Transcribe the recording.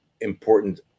important